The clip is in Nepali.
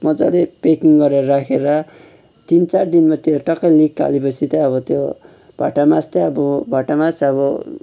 मजाले प्याकिङ गरेर राखेर तिन चार दिनमा त्यो टक्कै निकालेपछि चाहिँ अब त्यो भटमास चाहिँ अब भटमास अब